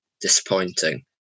disappointing